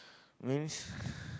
means